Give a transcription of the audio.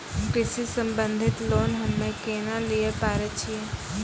कृषि संबंधित लोन हम्मय केना लिये पारे छियै?